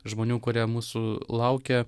žmonių kurie mūsų laukia